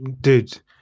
Dude